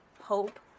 hope